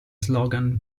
slogan